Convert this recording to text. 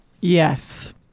Yes